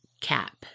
cap